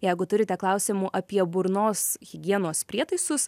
jeigu turite klausimų apie burnos higienos prietaisus